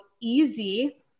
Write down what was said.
easy